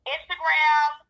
Instagram